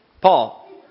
Paul